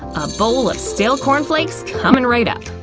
a bowl of stale cornflakes comin' right up!